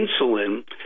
insulin